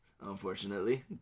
unfortunately